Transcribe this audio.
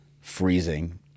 freezing